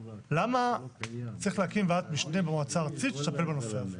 למה צריך להקים ועדת משנה עבור מועצה ארצית שתטפל בנושא הזה?